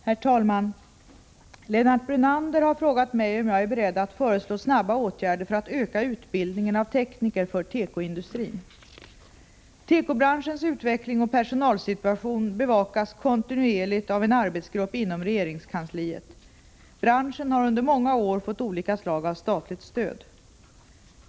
Herr talman! Lennart Brunander har frågat mig om jag är beredd att föreslå snabba åtgärder för att öka utbildningen av tekniker för tekoindustrin. Tekobranschens utveckling och personalsituation bevakas kontinuerligt av en arbetsgrupp inom regeringskansliet. Branschen har under många år fått olika slag av statligt stöd.